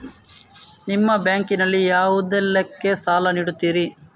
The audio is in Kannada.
ನಿಮ್ಮ ಬ್ಯಾಂಕ್ ನಲ್ಲಿ ಯಾವುದೇಲ್ಲಕ್ಕೆ ಸಾಲ ನೀಡುತ್ತಿರಿ?